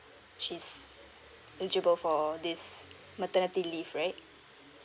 she's eligible for this maternity leave right